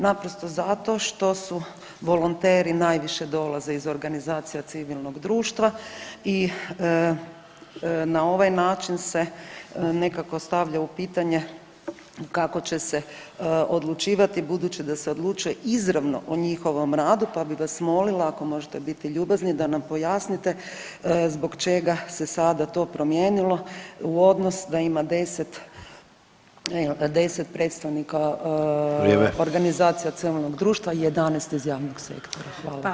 Naprosto zato što su volonteri najviše dolaze iz organizacija civilnog društva i na ovaj način se nekako stavlja u pitanje kako će se odlučivati, budući da se odlučuje izravno o njihovom radi pa bih vas molila, ako možete biti ljubazni da nam pojasnite zbog čega se sada to promijenilo u odnos da ima 10, evo ga, 10 predstavnika [[Upadica: Vrijeme.]] organizacija civilnog društva i 11 iz javnog sektora?